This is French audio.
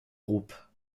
groupes